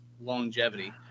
longevity